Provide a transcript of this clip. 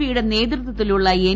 പിയുടെ നേതൃത്വത്തിലുള്ള എൻ